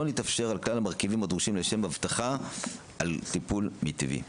לא מתפשר על כלל המרכיבים הדרושים לשם הבטחה על טיפול מיטבי.